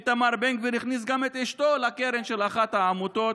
איתמר בן גביר הכניס גם את אשתו לקרן של אחת העמותות,